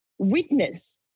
witness